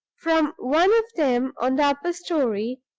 from one of them, on the upper story,